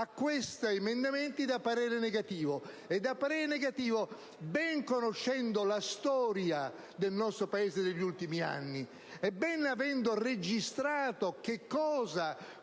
a questi emendamenti dà parere negativo, e lo fa ben conoscendo la storia del nostro Paese negli ultimi anni e ben avendo registrato cosa